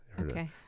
Okay